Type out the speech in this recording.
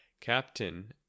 Captain